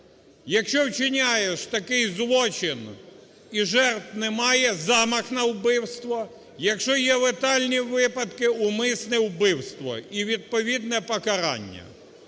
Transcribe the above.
якщо вчиняєш такий злочин і жертв немає – замах на вбивство, якщо є летальні випадки – умисне вбивство. І відповідне покарання.